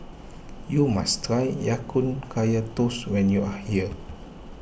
you must try Ya Kun Kaya Toast when you are here